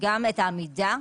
את העמידה